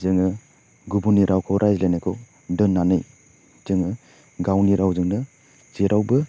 जोङो गुबुननि रावखौ रायज्लायनायखौ दोन्नानै जोङो गावनि रावजोंनो जेरावबो